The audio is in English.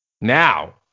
Now